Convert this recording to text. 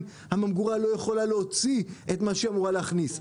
הממגורה לא יכולה להוציא את מה שהיא אמורה להכניס.